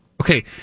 Okay